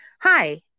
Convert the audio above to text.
Hi